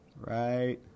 Right